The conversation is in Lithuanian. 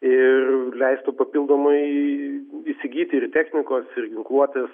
ir leistų papildomai įsigyti ir technikos ir ginkluotės